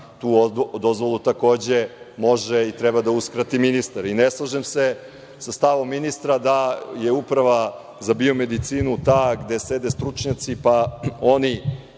tu dozvolu takođe i može i treba da uskrati ministar. Ne slažem se sa stavom ministra je Uprava za biomedicinu ta gde sede stručnjaci, pa oni